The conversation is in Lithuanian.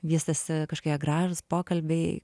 vystėsi kažkokie gražūs pokalbiai